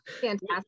Fantastic